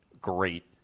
great